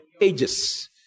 Ages